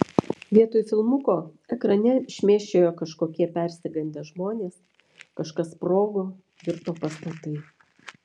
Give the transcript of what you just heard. vietoj filmuko ekrane šmėsčiojo kažkokie persigandę žmonės kažkas sprogo virto pastatai